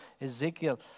Ezekiel